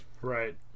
Right